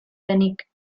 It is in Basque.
denik